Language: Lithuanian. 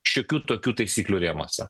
šiokių tokių taisyklių rėmuose